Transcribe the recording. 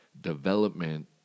development